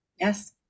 yes